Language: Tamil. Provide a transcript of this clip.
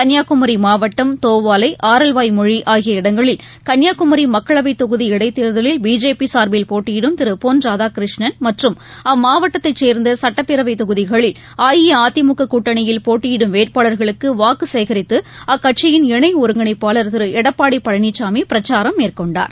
கன்னியாகுமரிமாவட்டம் தோவாலை ஆரல்வாய்மொழிஆகிய இடங்களில் கன்னியாகுமரிமக்களவைத் தொகுதி இடைத் தேர்தலில் பிஜேபிசார்பில் போட்டியிடும் திருபொன் ராதாகிருஷ்ணன் மற்றும் அம்மாவட்டத்தைச் சேர்ந்தசுட்டப்பேரவைத் அஇஅதிமுககூட்டணியில் தொகுதிகளில் போட்டியிடும் வேட்பாளர்களுக்குவாக்குசேகரித்துஅக்கட்சியின் இணைஒருங்கிணைப்பாளர் திருளடப்பாடிபழனிசாமிபிரச்சாரம் மேற்கொண்டார்